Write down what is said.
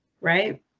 Right